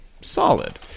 solid